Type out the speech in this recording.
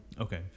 Okay